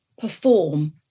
perform